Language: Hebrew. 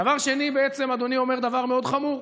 דבר שני, בעצם אדוני אומר דבר מאוד חמור: